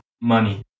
money